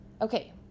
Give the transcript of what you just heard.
Okay